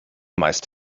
meist